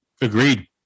Agreed